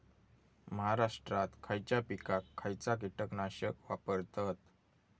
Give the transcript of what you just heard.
महाराष्ट्रात खयच्या पिकाक खयचा कीटकनाशक वापरतत?